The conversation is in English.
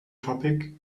topic